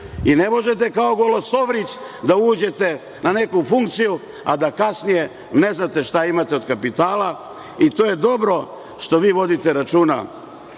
Ne možete kao golosovrić da uđete na neku funkciju, a da kasnije ne znate šta imate od kapitala. To je dobro što vi vodite računa,